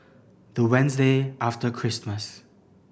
the Wednesday after Christmas